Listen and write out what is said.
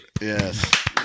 Yes